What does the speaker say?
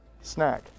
snack